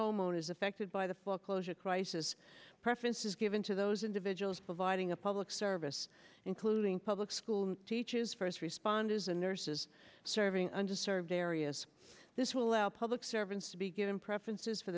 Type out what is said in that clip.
homeowners affected by the full closure crisis preference is given to those individuals providing a public service including public school teaches first responders and nurses serving under served areas this will allow public servants to be given preferences for